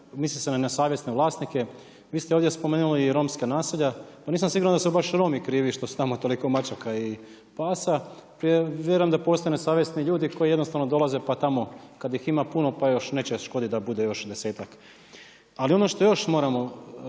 misli se i na nesavjesne vlasnike. Vi ste ovdje spomenula i romska naselja. Pa nisam siguran da su baš Romi krivi što su tamo toliko mačaka i pasa. Te vjerujem da postoje nesavjesni ljudi koji jednostavno dolaze, pa tamo kada ih ima puno, pa još neće da škodi da bude još 10-tak. Ali ono što još moramo